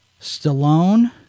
Stallone